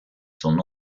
son